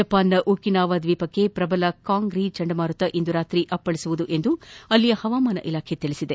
ಜಪಾನ್ನ ಒಕಿನಾವ ದ್ವೀಪಕ್ಕೆ ಪ್ರಬಲ ಕಾಂಗ್ ರೀ ಚಂಡಮಾರುತ ಇಂದು ರಾತ್ರಿ ಅಪ್ಪಳಿಸಲಿದೆ ಎಂದು ಅಲ್ಲಿನ ಹವಾಮಾನ ಇಲಾಖೆ ತಿಳಿಸಿದೆ